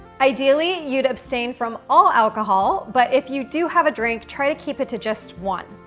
ideally, you'd abstain from all alcohol. but if you do have a drink, try to keep it to just one.